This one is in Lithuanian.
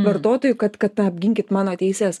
vartotojų kad kad apginkit mano teises